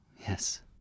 yes